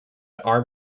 arm